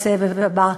בסבב הבא.